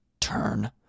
Turn